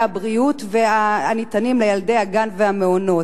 הבריאות הניתנים לילדי הגן והמעונות.